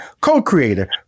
co-creator